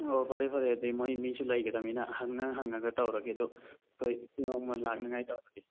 ꯑꯣ ꯐꯔꯦ ꯐꯔꯦ ꯑꯗꯨꯗꯤ ꯃꯣꯏ ꯃꯤꯁꯨ ꯂꯩꯒꯗꯃꯤꯅ ꯍꯪꯉ ꯍꯪꯉꯒ ꯇꯧꯔꯒꯦ ꯑꯗꯨ ꯍꯣꯏ ꯅꯣꯡꯃ ꯂꯥꯛꯅꯉꯥꯏ ꯇꯧꯔꯒꯦ